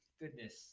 Goodness